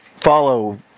follow